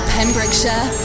Pembrokeshire